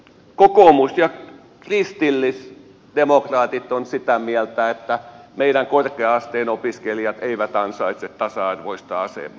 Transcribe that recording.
kokoomus ja kristillisdemokraatit ovat sitä mieltä että meidän korkea asteen opiskelijat eivät ansaitse tasa arvoista asemaa